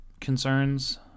concerns